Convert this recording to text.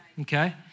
Okay